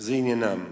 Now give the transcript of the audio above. זה עניינם.